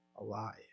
alive